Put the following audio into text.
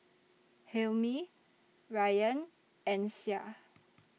Hilmi Rayyan and Syah